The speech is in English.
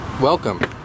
Welcome